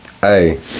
Hey